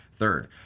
Third